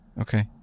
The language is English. Okay